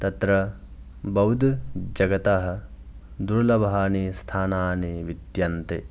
तत्र बौद्धजगतः दुर्लभानि स्थानानि विद्यन्ते